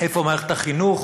איפה מערכת החינוך